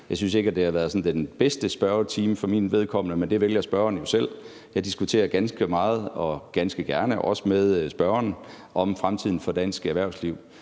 Jeg synes ikke, at det har været sådan den bedste spørgetid for mit vedkommende, men det vælger spørgeren jo selv – jeg diskuterer ganske meget og ganske gerne, også med spørgeren, om fremtiden for dansk erhvervsliv.